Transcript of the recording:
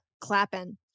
clapping